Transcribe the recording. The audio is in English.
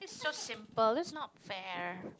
this is so simple that's not fair